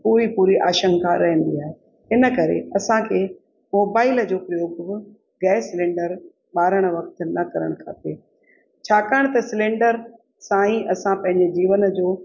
पूरी पूरी आशंका रहंदी आहे इन करे असांखे मोबाइल जो उपयोग बि गैस सिलेंडर ॿारण वक़्तु न करणु खपे छाकाणि त सिलेंडर सां ई असां पंहिंजे जीवन जो